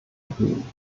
geblieben